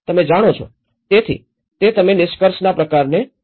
તમે જાણો છો તેથી તે તમે નિષ્કર્ષના પ્રકારને જાણો છો